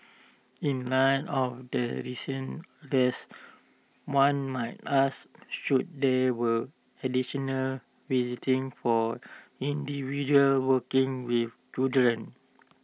in light of the recent arrest one might ask should there will additional visiting for individuals working with children